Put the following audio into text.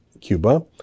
Cuba